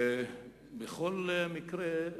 בכל מקרה,